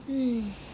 mmhmm